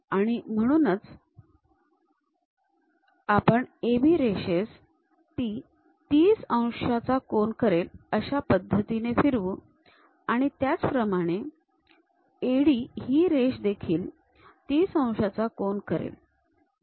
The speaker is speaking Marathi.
आणि म्हणूनच आपण AB रेषेस ती ३० अंशांचा कोन करेल अशा पद्धतीने फिरवू आणि त्याचप्रमाणे AD ही रेष देखील ३० अंशांचा कोन करेल